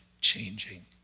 changing